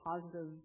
positive